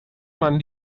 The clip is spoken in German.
man